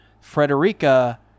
Frederica